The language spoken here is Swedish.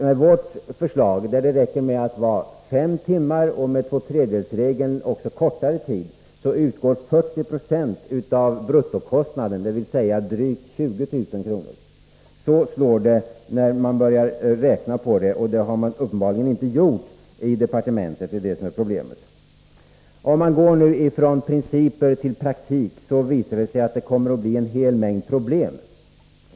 Med vårt förslag, där det räcker med att vara fem timmar på daghem och med tvåtredjedelsregeln ännu kortare tid, utgår 40 90 av bruttokostnaden, dvs. drygt 20 000 kr. Så slår det när man börjar räkna på det. Det har man uppenbarligen inte gjort i departementet, och det är det som är problemet. Om vi nu till slut går från principer till praktik visar det sig att det kommer att bli en hel mängd problem.